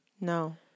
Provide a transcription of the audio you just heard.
No